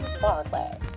Barclay